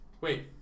Wait